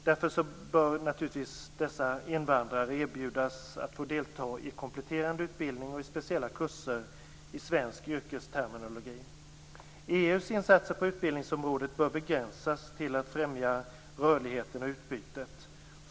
Därför bör naturligtvis dessa invandrare erbjudas att få delta i kompletterande utbildning och i speciella kurser i svensk yrkesterminologi. EU:s insatser på utbildningsområdet bör begränsas till att främja rörligheten och utbytet.